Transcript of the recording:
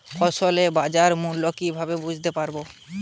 ফসলের বাজার মূল্য কিভাবে বুঝতে পারব?